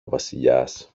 βασιλιάς